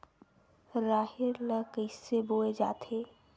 राहेर ल कइसे बोय जाथे?